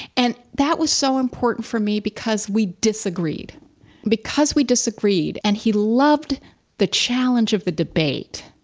and that was so important for me because we disagreed because we disagreed and he loved the challenge of the debate.